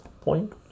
Point